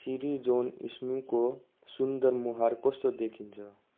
सिरी जोन स्नुको सुन्दर मुहार कस्तो देखिन्छ